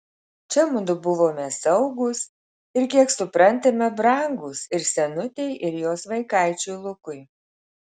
čia mudu buvome saugūs ir kiek suprantame brangūs ir senutei ir jos vaikaičiui lukui